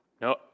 No